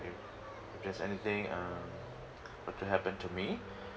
if there's anything uh were to happen to me